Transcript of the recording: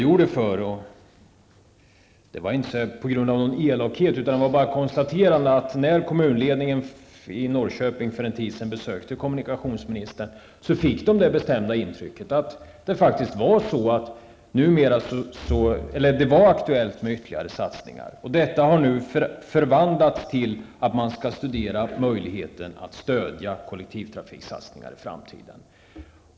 Fru talman! Min redogörelse var inte någon elakhet, utan jag konstaterade att när kommunledningen i Norrköping för en tid sedan besökte kommunikationsministern fick den det bestämda intrycket att det faktiskt var aktuellt med ytterligare satsningar. Detta har nu förvandlats till att man nu skall studera möjligheten att stödja kollektivtrafiksatsningar i framtiden.